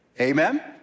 Amen